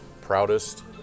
proudest